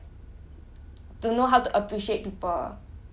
我没有 like 那个 discipline and also like